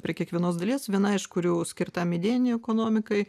prie kiekvienos dalies viena iš kurių skirta medieninei ekonomikai